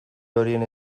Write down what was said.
horien